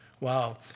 Wow